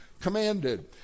commanded